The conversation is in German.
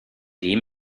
dem